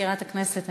מזכירת הכנסת,